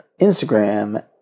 Instagram